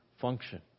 function